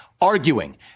arguing